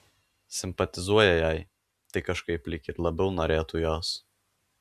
simpatizuoja jai tai kažkaip lyg ir labiau norėtų jos